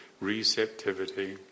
receptivity